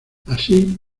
así